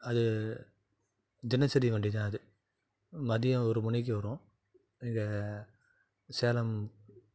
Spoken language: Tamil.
அது தினசரி வண்டிதான் அது மதியம் ஒரு மணிக்கு வரும் இங்கே சேலம்